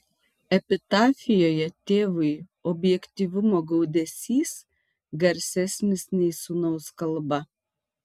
epitafijoje tėvui objektyvumo gaudesys garsesnis nei sūnaus kalba